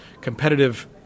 competitive